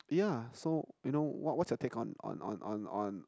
yeah so you know what what's your take on on on on